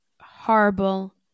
horrible